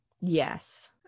Yes